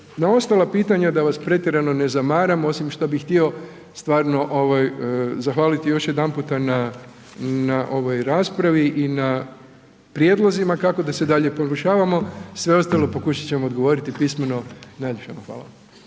na ostala pitanja da vas pretjerano ne zamaram, osim što bi htio stvarno zahvalit još jedanputa na, na ovoj raspravi i na prijedlozima kako da se dalje poboljšavamo, sve ostalo pokušat ćemo odgovoriti pismeno. Najljepša vam hvala.